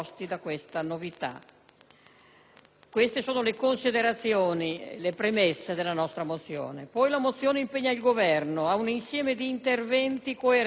Queste sono le considerazioni, le premesse della nostra mozione. La mozione poi impegna il Governo ad un insieme di interventi coerenti e necessari,